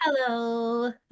Hello